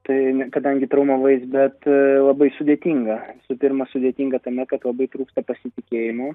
tai kadangi traumavais bet labai sudėtinga visų pirma sudėtinga tame kad labai trūksta pasitikėjimo